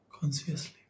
Consciously